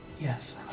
Yes